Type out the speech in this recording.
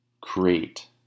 create